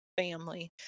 family